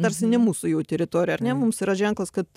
tarsi ne mūsų jau teritorija ar ne mums yra ženklas kad